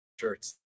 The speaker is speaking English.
shirts